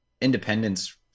independence